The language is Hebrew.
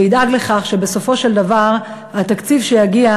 וידאג לכך שבסופו של דבר התקציב שיגיע